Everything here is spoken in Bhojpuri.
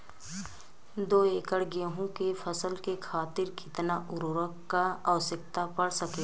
दो एकड़ गेहूँ के फसल के खातीर कितना उर्वरक क आवश्यकता पड़ सकेल?